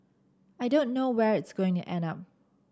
I don't know where it's going to end up